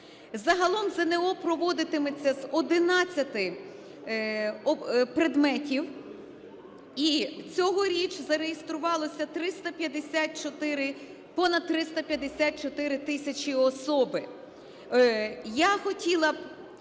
Загалом ЗНО проводитиметься з 11 предметів, і цьогоріч зареєструвалося понад 354 тисячі особи.